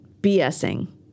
BSing